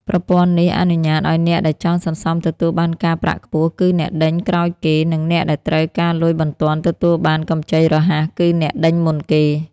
ប្រព័ន្ធនេះអនុញ្ញាតឱ្យអ្នកដែលចង់សន្សំទទួលបានការប្រាក់ខ្ពស់ គឺអ្នកដេញក្រោយគេ និងអ្នកដែលត្រូវការលុយបន្ទាន់ទទួលបានកម្ចីរហ័ស គឺអ្នកដេញមុនគេ។